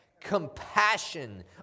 Compassion